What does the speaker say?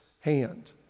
hand